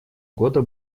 года